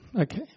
Okay